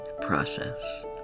Process